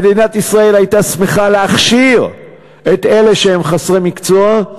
מדינת ישראל הייתה שמחה להכשיר את אלה שהם חסרי מקצוע,